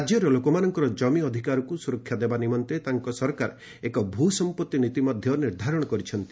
ରାଜ୍ୟର ଲୋକମାନଙ୍କର ଜମି ଅଧିକାରକୁ ସୁରକ୍ଷା ଦେବା ନିମନ୍ତେ ତାଙ୍କ ସରକାର ଏକ ଭୂ ସମ୍ପତ୍ତି ନୀତି ନିର୍ଦ୍ଧାରଣ କରିଛନ୍ତି